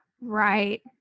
Right